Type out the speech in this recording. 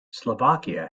slovakia